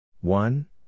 One